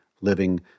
living